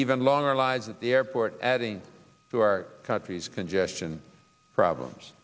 even longer lives at the airport adding to our country's congestion problems